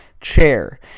chair